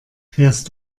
fährst